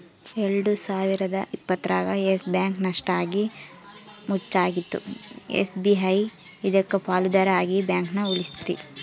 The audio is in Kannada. ಎಲ್ಡು ಸಾವಿರದ ಇಪ್ಪತ್ತರಾಗ ಯಸ್ ಬ್ಯಾಂಕ್ ನಷ್ಟ ಆಗಿ ಮುಚ್ಚಂಗಾಗಿತ್ತು ಎಸ್.ಬಿ.ಐ ಇದಕ್ಕ ಪಾಲುದಾರ ಆಗಿ ಬ್ಯಾಂಕನ ಉಳಿಸ್ತಿ